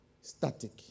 Static